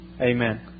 Amen